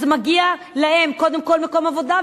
אז מגיע להם קודם כול מקום עבודה,